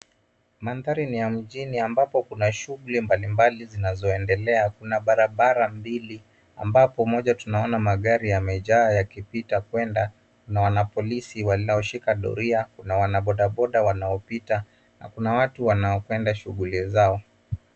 Mandhari ni ya mjini ambapo kuna shughuli mbalimbali zinazoendelea. Kuna barabara mbili ambapo moja tunaona magari yamejaa yakipita kwenda, kuna wanapolisi wanaoshika doria, kuna wanabodaboda wanaopita na kuna watu wanaokwenda shughuli zao.